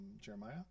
Jeremiah